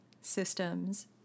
systems